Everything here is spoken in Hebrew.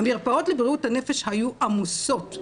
המרפאות לבריאות הנפש היו עמוסות,